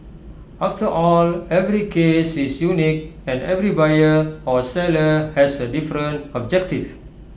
after all every case is unique and every buyer or seller has A different objective